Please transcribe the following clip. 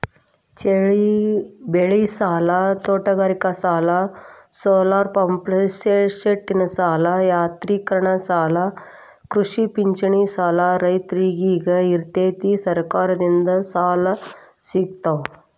ಬೆಳಿಸಾಲ, ತೋಟಗಾರಿಕಾಸಾಲ, ಸೋಲಾರಪಂಪ್ಸೆಟಸಾಲ, ಯಾಂತ್ರೇಕರಣಸಾಲ ಕೃಷಿಚಿನ್ನದಸಾಲ ರೈತ್ರರಿಗ ಈರೇತಿ ಸರಕಾರದಿಂದ ಸಾಲ ಸಿಗ್ತಾವು